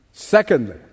Secondly